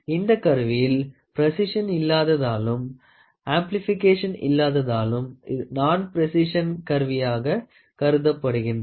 இந்த கருவியில் ப்ரேசிசன் இல்லாததாளும் அம்பிளிபிகேஷன் இல்லாததாலும் நான் ப்ரேசிசன் கருவியாகவே கருதப்படுகின்றது